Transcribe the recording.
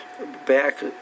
back